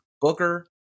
Booker